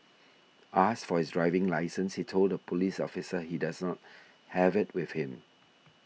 asked for his driving licence he told the police officer he dose not have it with him